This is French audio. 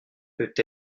peut